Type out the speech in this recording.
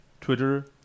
Twitter